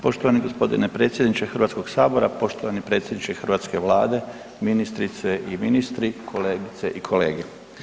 Poštovani g. predsjedniče Hrvatskog sabora, poštovani predsjedniče hrvatske Vlade, ministrice i ministri, kolegice i kolege.